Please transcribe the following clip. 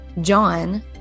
John